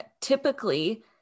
typically